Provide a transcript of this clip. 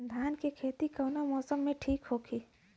धान के खेती कौना मौसम में ठीक होकी?